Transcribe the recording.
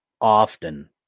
often